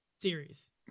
series